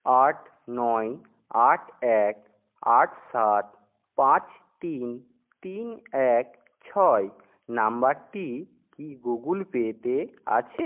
আট নয় আট এক আট সাত পাঁচ তিন তিন এক ছয় নম্বরটি কি গুগল পেতে আছে